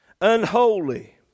Unholy